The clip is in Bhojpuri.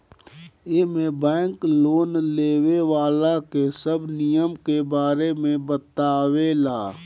एमे बैंक लोन लेवे वाला के सब नियम के बारे में बतावे ला